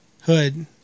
hood